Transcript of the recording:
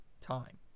time